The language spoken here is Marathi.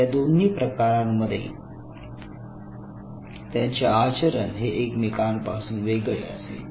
या दोन्ही प्रकारांमध्ये त्यांचे आचरण हे एकमेकांपासून वेगळे असेल